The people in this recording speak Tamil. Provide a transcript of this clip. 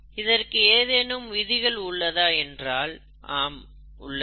இதற்கு ஏதேனும் விதிகள் உள்ளதா என்றால் ஆம் உள்ளது